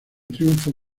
triunfo